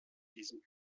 diesen